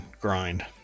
grind